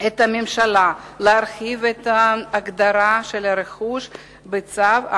את הממשלה להרחיב את ההגדרה של הרכוש בצו,